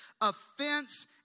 Offense